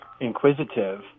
inquisitive